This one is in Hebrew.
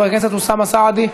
חבר הכנסת אוסאמה סעדי,